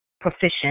proficient